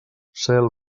cel